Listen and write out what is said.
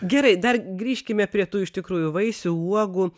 gerai dar grįžkime prie tų iš tikrųjų vaisių uogų